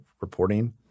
reporting